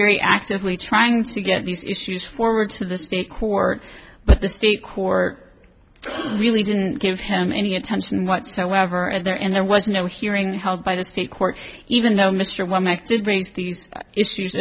very actively trying to get these issues forward to the state court but the state court really didn't give him any attention whatsoever and there and there was no hearing held by the state court even though